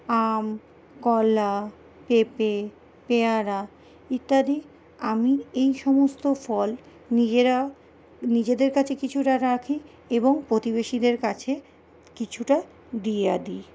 আম কলা পেঁপে পেয়ারা ইত্যাদি আমি এই সমস্ত ফল নিজেরা নিজেদের কাছে কিছুটা রাখি এবং প্রতিবেশীদের কাছে কিছুটা দিয়ে দিই